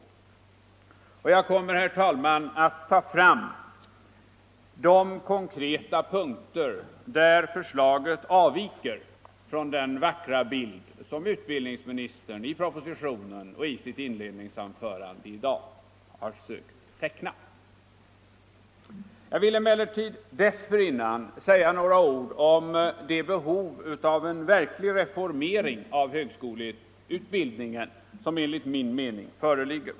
Och jag kommer, herr talman, att ta fram de konkreta punkter där förslaget avviker från den vackra bild som utbildningsministern i propositionen och i sitt inledningsanförande i dag sökt teckna. Jag vill emellertid dessförinnan säga några ord om det behov av verklig reformering av högskoleutbildningen som enligt min mening föreligger.